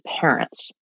parents